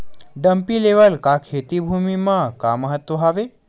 Dumpy level का खेती भुमि म का महत्व हावे?